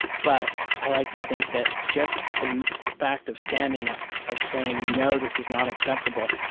but i like to think that just the fact of standing up, of saying, no, this is not acceptable,